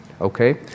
okay